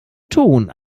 ton